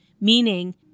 Meaning